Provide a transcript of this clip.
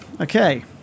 Okay